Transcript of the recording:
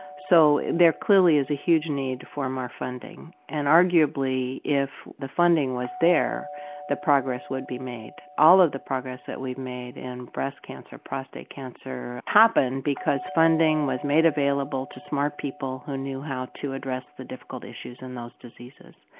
so there clearly is a huge need for more funding and, arguably, if the funding was there the progress would be made. all of the progress that we've made in breast cancer, prostate cancer, happened because funding was made available to smart people who knew how to address the difficult issues in those diseases.